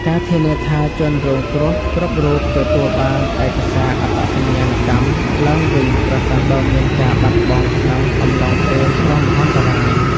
ការធានាថាជនរងគ្រោះគ្រប់រូបទទួលបានឯកសារអត្តសញ្ញាណកម្មឡើងវិញប្រសិនបើមានការបាត់បង់ក្នុងអំឡុងពេលគ្រោះមហន្តរាយ។